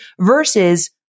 versus